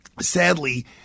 Sadly